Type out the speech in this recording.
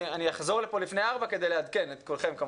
אני אחזור לכאן לפני 4:00 כדי לעדכן את כולכם.